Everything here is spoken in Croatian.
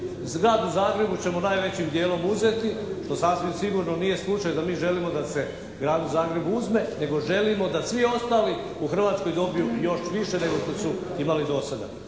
Gradu Zagrebu ćemo najvećim dijelom uzeti što sasvim sigurno nije slučaj da mi želimo da se Gradu Zagrebu uzme nego želimo da svi ostali u Hrvatskoj dobiju još više nego što su imali do sada.